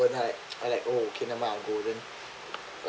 then like I like okay never mind I'll go then